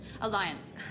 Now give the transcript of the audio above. Alliance